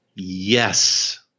Yes